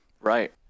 Right